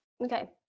Okay